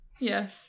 Yes